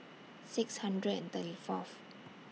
six hundred and thirty Fourth